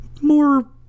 more